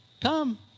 Come